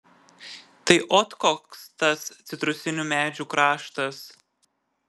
tai ot koks tas citrusinių medžių kraštas